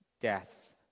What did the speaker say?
death